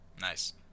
nice